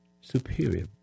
superior